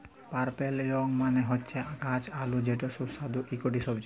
purple yam মালে হচ্যে গাছ আলু যেটা সুস্বাদু ইকটি সবজি